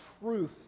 truth